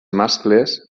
mascles